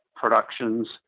Productions